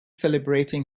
celebrating